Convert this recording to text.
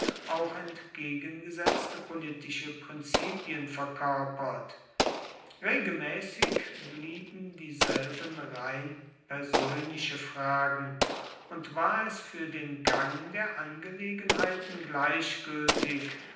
auch entgegengesetzte politische prinzipien verkörpert regelmäßig blieben dieselben rein persönliche fragen und war es für den gang der angelegenheiten gleichgültig